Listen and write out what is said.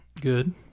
Good